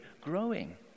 growing